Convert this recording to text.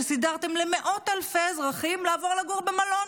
שסידרתם למאות אלפי אזרחים לעבור לגור במלון.